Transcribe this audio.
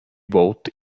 vote